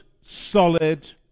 solid